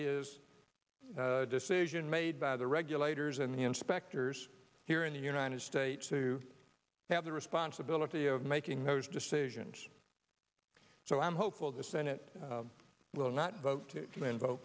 is a decision made by the regulators and the inspectors here in the united states to have the responsibility of making those decisions so i'm hopeful the senate will not vote